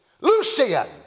Lucian